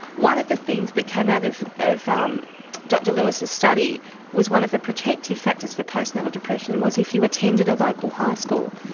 one of the things that came out of of um dr lewis's study was one of the protective factors for postnatal depression was if you attended a local high school.